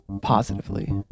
positively